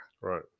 Right